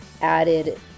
added